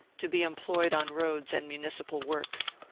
to be employed on roads and municipal works.